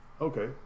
okay